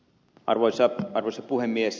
arvoisa puhemies